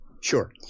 Sure